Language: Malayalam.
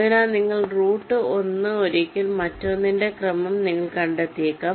അതിനാൽ നിങ്ങൾ റൂട്ട് 1 ഒരിക്കൽ മറ്റൊന്നിന്റെ ക്രമം നിങ്ങൾ കണ്ടെത്തിയേക്കാം